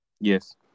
Yes